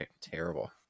terrible